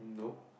no